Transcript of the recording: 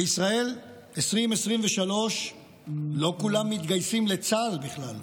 בישראל 2023 לא כולם מתגייסים לצה"ל בכלל.